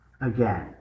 again